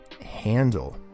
handle